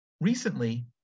Recently